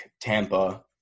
Tampa